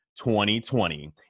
2020